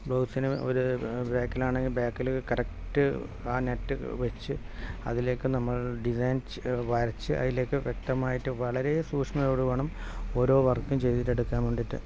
ബ്ലൗസിന് ഒരു ബാക്കിലാണെങ്കിൽ ബാക്കിൽ കറക്റ്റ് ആ നെറ്റ് വെച്ച് അതിലേക്ക് നമ്മൾ ഡിസൈൻ വരച്ച് അതിലേക്ക് വ്യക്തമായിട്ട് വളരെ സൂക്ഷ്മതയോടു കൂടി വേണം ഓരോ വർക്ക് ചെയ്തിട്ടെടുക്കാൻ വേണ്ടിയിട്ട്